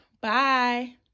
Bye